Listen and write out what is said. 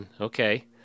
Okay